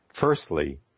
Firstly